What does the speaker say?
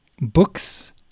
book's